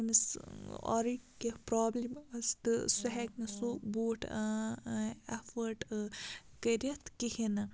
ییٚمِس آرٕے کینٛہہ پرٛابلِم آسہِ تہٕ سُہ ہیٚکہِ نہٕ سُہ بوٗٹھ اٮ۪فٲٹ کٔرِتھ کِہیٖنۍ نہٕ